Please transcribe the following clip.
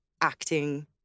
acting